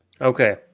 Okay